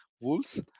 wolves